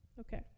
Okay